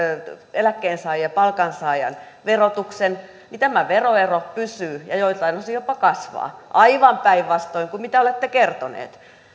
eläkkeensaajan ja palkansaajan verotuksen niin tämä veroero pysyy ja joiltain osin jopa kasvaa aivan päinvastoin kuin mitä olette kertoneet